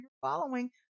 following